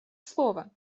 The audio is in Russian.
слово